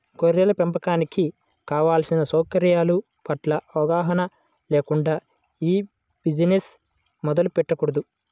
గొర్రెల పెంపకానికి కావలసిన సౌకర్యాల పట్ల అవగాహన లేకుండా ఈ బిజినెస్ మొదలు పెట్టకూడదు